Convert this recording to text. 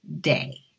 day